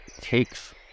takes